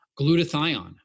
Glutathione